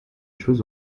choses